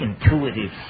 intuitive